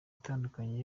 itandukanye